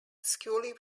scully